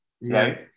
Right